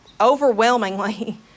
overwhelmingly